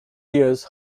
years